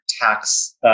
tax